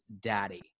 daddy